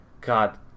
God